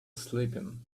sleeping